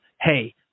hey